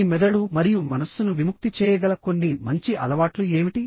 మీ మెదడు మరియు మనస్సును విముక్తి చేయగల కొన్ని మంచి అలవాట్లు ఏమిటి